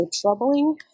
troubling